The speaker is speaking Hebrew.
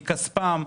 מכספם,